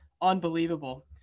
unbelievable